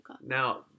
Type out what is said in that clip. Now